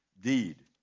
deed